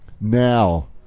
Now